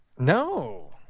No